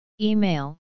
Email